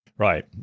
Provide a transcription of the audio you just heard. Right